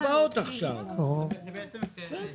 השעה הקודמת נתנה באופן יחסי.